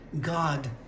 God